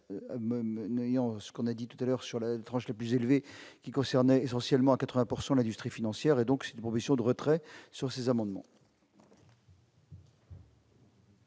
n'ayant ce qu'on a dit tout à l'heure sur la tranche la plus élevée, qui concernait essentiellement à 80 pourcent l'industrie financière, et donc c'est de de retrait sur ces amendements.